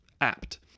apt